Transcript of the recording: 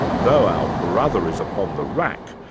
though our brother is upon the rack,